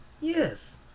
Yes